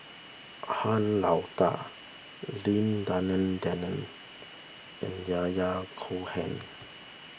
Han Lao Da Lim Denan Denon and Yahya Cohen